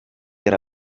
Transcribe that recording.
era